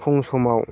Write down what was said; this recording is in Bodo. फुं समाव